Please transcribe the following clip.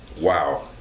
wow